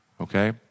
okay